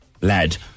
lad